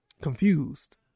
confused